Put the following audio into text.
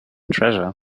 treasure